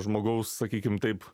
žmogaus sakykim taip